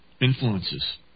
influences